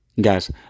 Guys